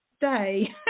day